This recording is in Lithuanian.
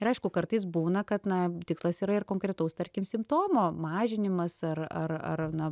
ir aišku kartais būna kad na tikslas yra ir konkretaus tarkim simptomo mažinimas ar ar ar na